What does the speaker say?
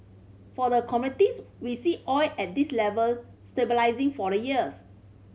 for the commodities we see oil at this level stabilising for the years